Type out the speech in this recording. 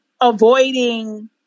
avoiding